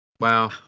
Wow